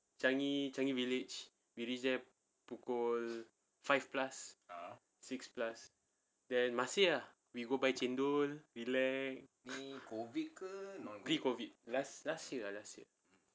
changi changi village we reach there pukul five plus six plus then masih lah we go buy chendol rilek pre-COVID last last year last year